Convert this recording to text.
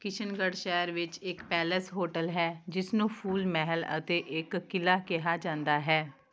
ਕਿਸ਼ਨਗੜ੍ਹ ਸ਼ਹਿਰ ਵਿੱਚ ਇੱਕ ਪੈਲੇਸ ਹੋਟਲ ਹੈ ਜਿਸ ਨੂੰ ਫੂਲ ਮਹਿਲ ਅਤੇ ਇੱਕ ਕਿਲ੍ਹਾ ਕਿਹਾ ਜਾਂਦਾ ਹੈ